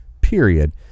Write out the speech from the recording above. period